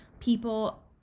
people